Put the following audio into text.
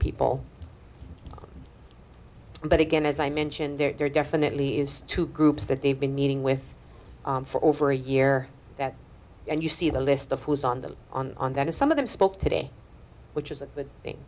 people but again as i mentioned there definitely is two groups that they've been meeting with for over a year and you see the list of who's on the on on that is some of them spoke today which is a good thing